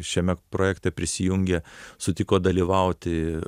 šiame projekte prisijungė sutiko dalyvauti